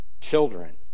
Children